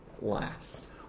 Last